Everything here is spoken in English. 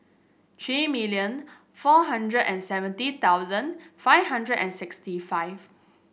Three million four hundred and seventy thousand five hundred and sixty five